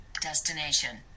Destination